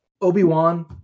Obi-Wan